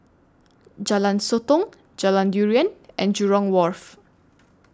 Jalan Sotong Jalan Durian and Jurong Wharf